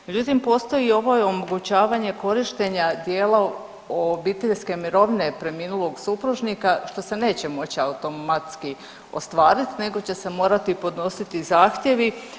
Međutim, postoji i ovo omogućavanje korištenja dijela obiteljske mirovine preminulog supružnika što se neće moći automatski ostvariti nego će se morati podnositi zahtjevi.